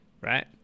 Right